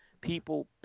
people